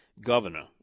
governor